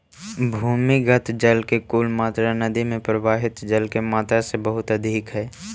भूमिगत जल के कुल मात्रा नदि में प्रवाहित जल के मात्रा से बहुत अधिक हई